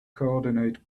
coordinate